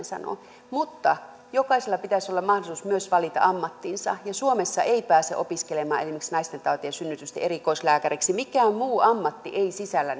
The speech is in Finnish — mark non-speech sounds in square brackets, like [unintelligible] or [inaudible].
[unintelligible] sanoo mutta jokaisella pitäisi olla mahdollisuus myös valita ammattinsa ja suomessa ei pääse opiskelemaan esimerkiksi naistentautien ja synnytysten erikoislääkäriksi mikään muu ammatti ei sisällä [unintelligible]